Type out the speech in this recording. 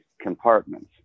compartments